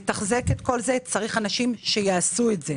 כדי לתחזק את כל זה, צריך אנשים שיעשו את זה.